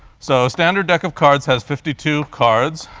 so a standard deck of cards has fifty two cards,